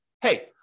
hey